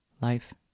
life